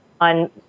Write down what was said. on